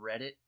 Reddit